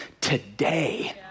today